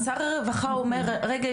שר הרווחה אומר רגע,